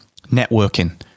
networking